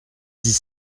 dix